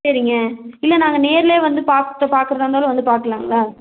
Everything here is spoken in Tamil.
சரிங்க இல்லை நாங்கள் நேரிலே வந்து பார்த்துட்டு பார்க்கிறதா இருந்தாலும் வந்து பார்க்கலாங்களா